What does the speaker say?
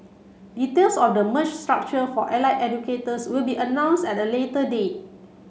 details of the merged structure for allied educators will be announced at a later date